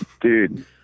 Dude